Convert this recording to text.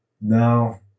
no